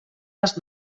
les